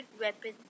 weapon